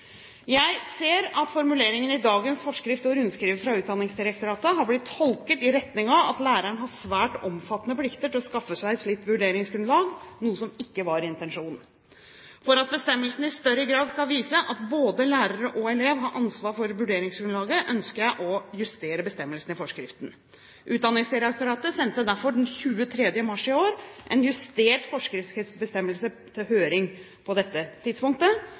Jeg ser at formuleringen i dagens forskrift og rundskrivet fra Utdanningsdirektoratet har blitt tolket i retning av at læreren har svært omfattende plikter til å skaffe seg et slikt vurderingsgrunnlag, noe som ikke var intensjonen. For at bestemmelsen i større grad skal vise at både lærer og elev har ansvar for vurderingsgrunnlaget, ønsker jeg å justere bestemmelsen i forskriften. Utdanningsdirektoratet sendte derfor den 23. mars i år en justert forskriftsbestemmelse på dette punktet på